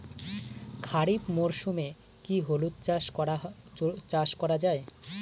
খরিফ মরশুমে কি হলুদ চাস করা য়ায়?